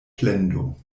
plendo